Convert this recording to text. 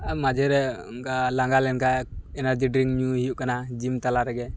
ᱢᱟᱡᱷᱮᱨᱮ ᱚᱱᱠᱟ ᱞᱟᱸᱜᱟ ᱞᱮᱱᱠᱷᱟᱡ ᱮᱱᱟᱨᱡᱤ ᱰᱨᱤᱝᱠ ᱧᱩ ᱦᱩᱭᱩᱜ ᱠᱟᱱᱟ ᱡᱤᱢ ᱛᱟᱞᱟᱨᱮ ᱜᱮ